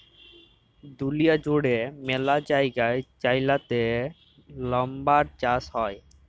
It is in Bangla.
দুঁলিয়া জুইড়ে ম্যালা জায়গায় চাইলাতে লাম্বার চাষ হ্যয়